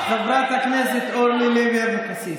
חברת הכנסת אורלי לוי אבקסיס.